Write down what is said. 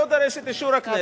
לא דורש את אישור הכנסת,